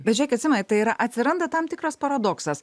bet žiūrėkit simai tai yra atsiranda tam tikras paradoksas